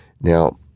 now